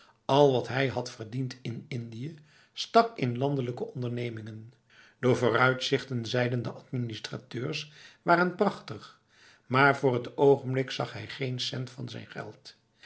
al wat hij had verdiend in indië stak in landelijke ondernemingen de vooruitzichten zeiden de administrateurs waren prachtig maar voor het ogenblik zag hij geen cent van zijn geld